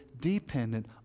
dependent